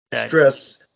stress